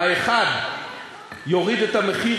האחד יוריד את המחיר